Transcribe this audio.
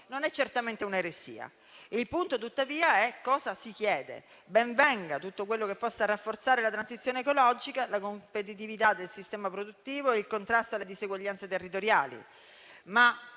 non è certamente un'eresia. Il punto, tuttavia, è cosa si chiede. Ben venga tutto quello che possa rafforzare la transizione ecologica, la competitività del sistema produttivo e il contrasto alle diseguaglianze territoriali,